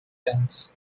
johns